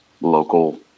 local